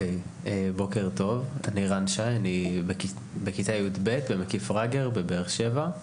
בוקר טוב, אני בכיתה י"ב, במקיף רגר בבאר שבע.